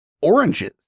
oranges